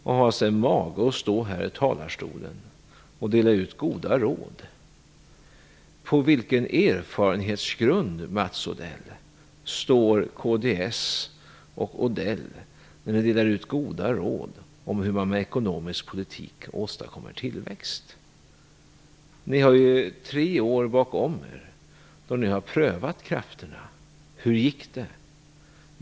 Sedan har han mage att stå här i talarstolen och dela ut goda råd. På vilken erfarenhetsgrund, Mats Odell, står kds och Mats Odell när ni delar ut goda råd om hur man med ekonomisk politik åstadkommer tillväxt? Ni har ju tre år bakom er då ni har prövat krafterna: Hur gick det?